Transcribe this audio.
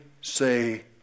say